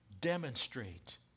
demonstrate